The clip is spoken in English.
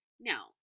Now